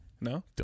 No